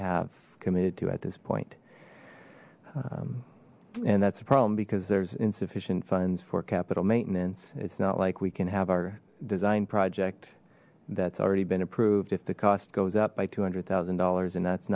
have committed to at this point and that's a problem because there's insufficient funds for capital maintenance it's not like we can have our design project that's already been approved if the cost goes up by two hundred thousand dollars and that's